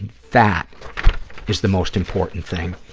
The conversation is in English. and that is the most important thing,